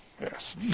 yes